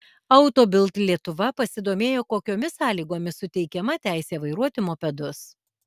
auto bild lietuva pasidomėjo kokiomis sąlygomis suteikiama teisė vairuoti mopedus